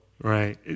Right